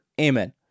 Amen